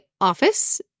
office